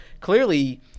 clearly